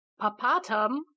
Papatum